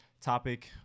topic